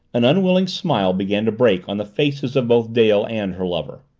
an unwilling smile began to break on the faces of both dale and her lover.